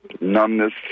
numbness